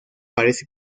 parece